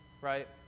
right